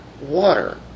water